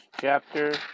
chapter